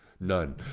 none